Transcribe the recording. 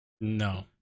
No